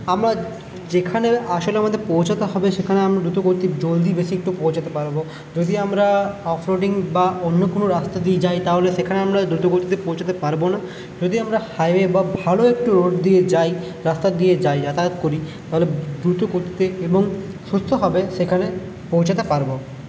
আমরা যেখানে আসলে আমাদের পৌঁছোতে হবে সেখানে আমরা দ্রুত গতিতে জলদি বেশি একটু পৌঁছোতে পারবো যদি আমরা অফ রোডিং বা অন্য কোনো রাস্তা দিয়ে যাই তাহলে সেখানে আমরা দ্রুত গতিতে পৌঁছোতে পারবো না যদি আমরা হাইওয়ে বা ভালো একটু রোড দিয়ে যাই রাস্তা দিয়ে যাতায়াত করি তাহলে দ্রুত গতিতে এবং সুস্থভাবে সেখানে পৌঁছাতে পারবো